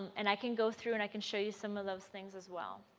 and i can go through and i can show some of those things as well.